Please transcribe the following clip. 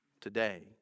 today